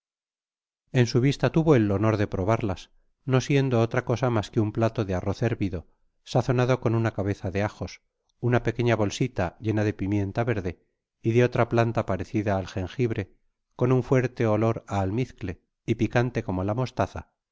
en su vista tuvo el honor de probarlas no siendo otra cosa mas que un plato de arroz hervido sazonado coa una cabeza de ajos ota pequeña bolsita llena de pimienta verde y de otra planta parecida al gengibre ooaam fuerte olor á almizcle y picante como la mostaza